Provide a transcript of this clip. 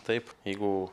taip jeigu